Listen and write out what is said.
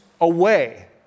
away